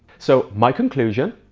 so my conclusion,